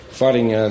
Fighting